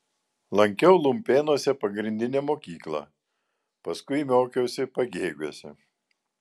lankiau lumpėnuose pagrindinę mokyklą paskui mokiausi pagėgiuose